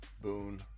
Boone